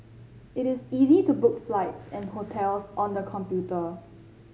it is easy to book flights and hotels on the computer